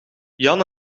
jan